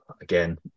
again